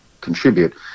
contribute